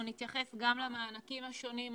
אנחנו נתייחס גם למענקים השונים,